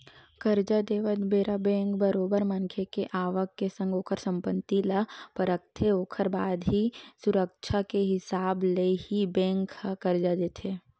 करजा देवत बेरा बेंक बरोबर मनखे के आवक के संग ओखर संपत्ति ल परखथे ओखर बाद ही सुरक्छा के हिसाब ले ही बेंक ह करजा देथे